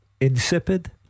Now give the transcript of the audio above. Insipid